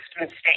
mistake